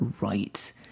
right